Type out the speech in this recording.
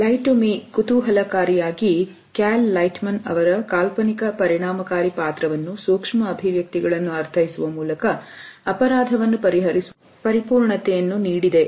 light me ಕುತೂಹಲಕಾರಿಯಾಗಿ ಕ್ಯಾಲೈಪರ್ ಅವರ ಕಾಲ್ಪನಿಕ ಪರಿಣಾಮಕಾರಿ ಪಾತ್ರವನ್ನು ಸೂಕ್ಷ್ಮ ಅಭಿವ್ಯಕ್ತಿಗಳನ್ನು ಅರ್ಥೈಸುವ ಮೂಲಕ ಅಪರಾಧವನ್ನು ಪರಿಹರಿಸುವ ವಿಜ್ಞಾನಕ್ಕೆ ಸುಂದರವಾದ ಪರಿಪೂರ್ಣತೆಯನ್ನು ನೀಡಿದೆ